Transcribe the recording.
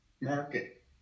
market